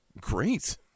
Great